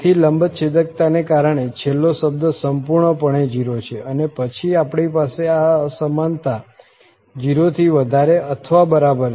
તેથી લંબચ્છેદકતાને કારણે છેલ્લો શબ્દ સંપૂર્ણપણે 0 છે અને પછી આપણી પાસે આ અસમાનતા 0 થી વધારે અથવા બરાબર છે